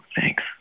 Thanks